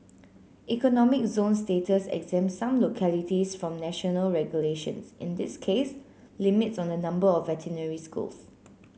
economic zone status exempt some localities from national regulations in this case limits on the number of veterinary schools